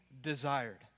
desired